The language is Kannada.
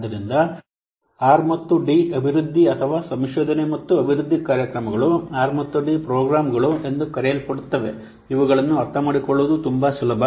ಆದ್ದರಿಂದ ಆರ್ ಮತ್ತು ಡಿ ಅಭಿವೃದ್ಧಿ ಅಥವಾ ಸಂಶೋಧನೆ ಮತ್ತು ಅಭಿವೃದ್ಧಿ ಕಾರ್ಯಕ್ರಮಗಳು ಆರ್ ಮತ್ತು ಡಿ ಪ್ರೋಗ್ರಾಂಗಳು ಎಂದು ಕರೆಯಲ್ಪಡುತ್ತವೆ ಇವುಗಳನ್ನು ಅರ್ಥಮಾಡಿಕೊಳ್ಳುವುದು ತುಂಬಾ ಸುಲಭ